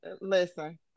Listen